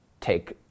take